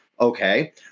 okay